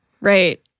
right